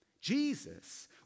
Jesus